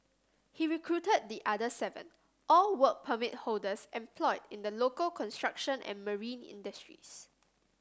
he recruited the other seven all Work Permit holders employed in the local construction and marine industries